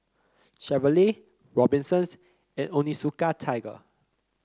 Chevrolet Robinsons and Onitsuka Tiger